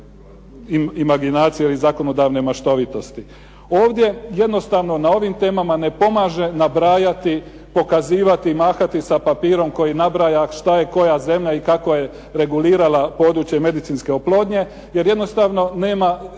imaginacije ili zakonodavne maštovitosti. Ovdje jednostavno na ovim temama ne pomaže nabrajati, pokazivati, mahati sa papirom koji nabraja šta je koja zemlja i kako je regulirala područje medicinske oplodnje, jer jednostavno nema